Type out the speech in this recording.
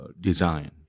design